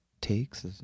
takes